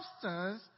substance